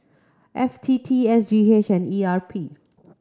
F T T S G H and E R P